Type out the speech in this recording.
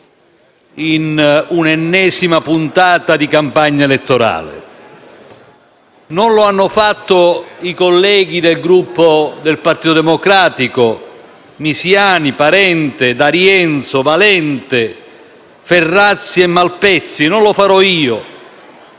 in un'ennesima puntata di campagna elettorale. Non lo hanno fatto i colleghi del Gruppo del Partito Democratico, i senatori Misiani, Parente, D'Arienzo, Valente, Ferrazzi e Malpezzi, e non lo farò io.